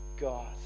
God